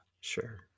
sure